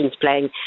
playing